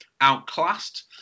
outclassed